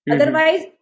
Otherwise